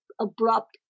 abrupt